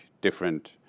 different